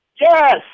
Yes